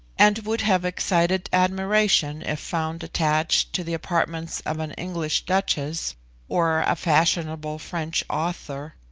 and would have excited admiration if found attached to the apartments of an english duchess or a fashionable french author.